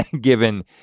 given